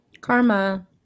Karma